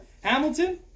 Hamilton